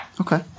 Okay